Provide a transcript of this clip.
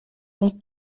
vont